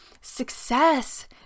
success